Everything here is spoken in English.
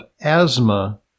asthma